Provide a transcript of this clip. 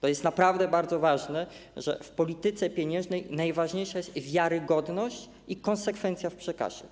To jest naprawdę bardzo ważne, że w polityce pieniężnej najważniejsza jest wiarygodność i konsekwencja w przekazie.